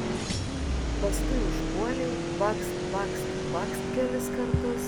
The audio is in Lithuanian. paskui užpuolei bakst bakst bakst kelis kartus